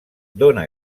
dóna